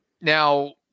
Now